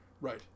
Right